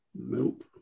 Nope